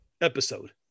episode